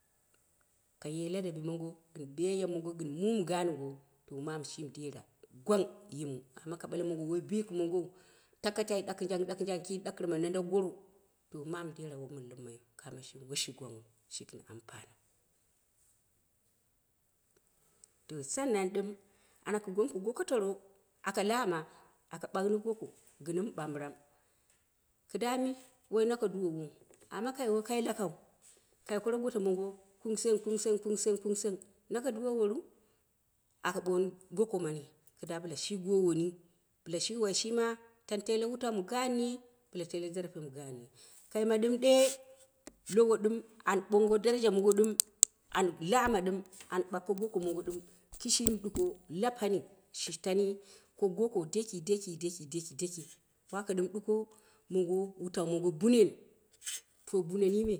Ka ye ladabi mongo gɨn biyaya mongo gɨn mum gaanwo lo mamu shimi dera gwang yimu amma ka ɓale mongo wi bikɨ mongou, takatai ɗakijan-ɗakijan ki ɗakɨrma landa goro to mamu dera woi mɨn limmayu kamo shimi woi shi gwanghu gɨn ampaniu. To sannan ɗɨm ana ko gomku goko toro aka lama ɓauni goko gɨn ko mu ɓambir am. Dami woi nako duwowo amma ge kai wokai lakau kai karo goto mongo kumsa kumsai kumsa kusai nako duwowouru? Aka ɓonni goko mani kɨda bɨla shi gowoni bɨla shi wai shima bɨla teele wutau mɨ gaanni bɨla tee zarafi mɨ gaanni kaimɗɨm ɗee lowo ɗɨm an ɗɨm ɓongo daraja mongo ɗɨm an laama ɗɨm an ɓakko goko mongo ɗɨm kishimi duko lapani shi tanni to goko daki daki daki daki woka ɗuk wutau mongo bunen, to bune nni me.